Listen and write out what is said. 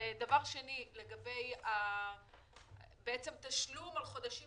דבר שני, לגבי תשלום על חודשים